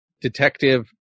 Detective